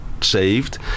saved